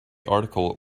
article